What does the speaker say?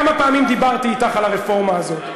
כמה פעמים דיברתי אתךְ על הרפורמה הזאת?